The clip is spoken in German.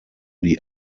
die